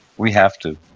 we have to.